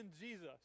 Jesus